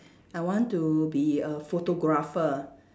I want to be a photographer